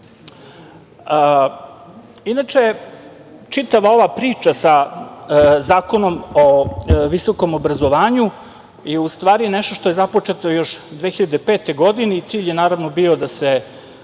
češća. Inače, čitava ova priča sa Zakonom o visokom obrazovanju, je u stvari nešto što je započeto još 2005. godine i cilj je naravno bio da se